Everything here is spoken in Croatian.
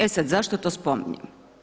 E sad zašto to spominjem?